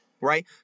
right